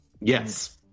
Yes